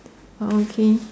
okay